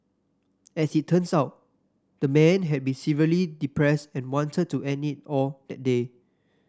as it turns out the man had been severely depressed and wanted to end it all that day